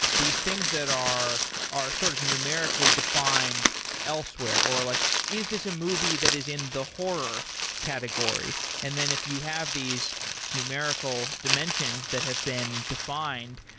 these things that are are sort of numerically defined elsewhere. or like is this a movie that is in the horror category? and then if you have these numerical dimensions that have been defined,